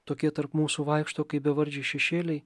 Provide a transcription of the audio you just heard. tokie tarp mūsų vaikšto kaip bevardžiai šešėliai